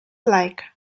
like